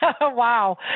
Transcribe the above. Wow